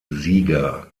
sieger